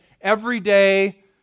everyday